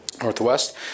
Northwest